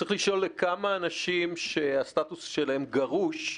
צריך לשאול לכמה אנשים שהסטטוס שלהם "גרוש"